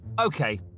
okay